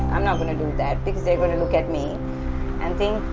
i'm not going to do that, because they're going to look at me and think,